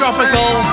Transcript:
Tropical